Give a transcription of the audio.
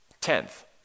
Tenth